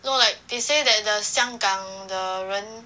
no like they say that the 香港的人